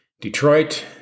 Detroit